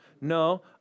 No